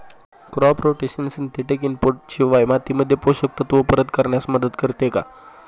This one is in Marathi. क्रॉप रोटेशन सिंथेटिक इनपुट शिवाय मातीमध्ये पोषक तत्त्व परत करण्यास मदत करते का?